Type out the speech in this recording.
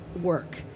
work